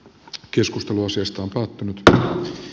keskustelu asiasta on koottu taa